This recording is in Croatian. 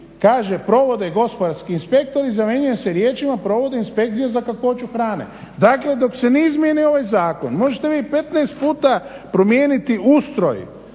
kaže provode gospodarski inspektori zamjenjuje se riječima provode inspekcije za kakvoću hrane. Dakle, dok se ne izmijeni ovaj zakon možete vi 15 puta promijeniti ustroj